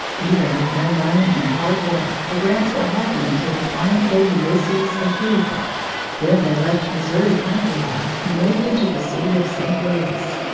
even with no money and hard work, the grants were happy until the climate gave ulysses a fever then they left missouri country life and moved into the city of st. louis.